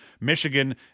Michigan